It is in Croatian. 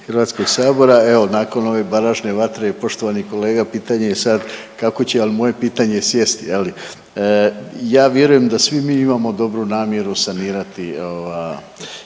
Hrvatskog sabora. Evo nakon ove današnje vatre poštovani kolega pitanje je sad kako će, ali moje pitanje sjesti. Je li? Ja vjerujem da svi mi imamo dobru namjeru sanirati